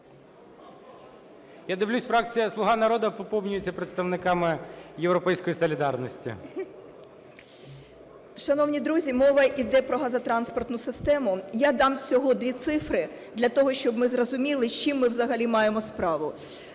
Я дивлюсь, фракція "Слуга народу" поповнюється представниками "Європейської солідарності". 15:37:24 ТИМОШЕНКО Ю.В. Шановні друзі, мова іде про газотранспортну систему. Я дам всього дві цифри для того, щоб ми зрозуміли, з чим ми взагалі маємо справу.